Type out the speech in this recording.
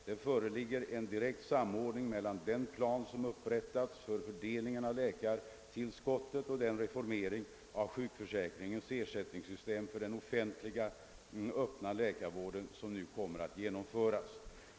Det föreligger en direkt samordning mellan den plan som upprättats för fördelningen av läkartillskottet och den reformering av sjukförsäkringens ersättningssystem för den offentliga öppna läkarvården som nu kommer att genomföras.